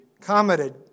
commented